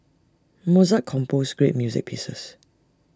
Mozart composed great music pieces